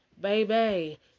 baby